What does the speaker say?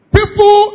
People